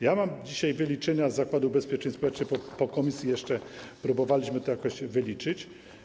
Ja mam dzisiaj wyliczenia z Zakładu Ubezpieczeń Społecznych, po posiedzeniu komisji jeszcze próbowaliśmy to jakoś wyliczyć.